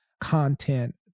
content